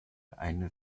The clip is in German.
eine